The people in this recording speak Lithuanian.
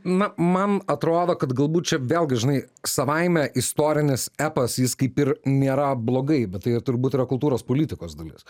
na man atrodo kad galbūt čia vėlgi žinai savaime istorinis epas jis kaip ir nėra blogai bet tai turbūt yra kultūros politikos dalis